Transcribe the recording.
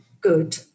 good